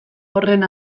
horren